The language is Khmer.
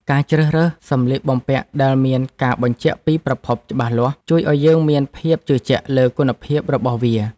ការជ្រើសរើសសម្លៀកបំពាក់ដែលមានការបញ្ជាក់ពីប្រភពច្បាស់លាស់ ជួយឱ្យយើងមានភាពជឿជាក់លើគុណភាពរបស់វា។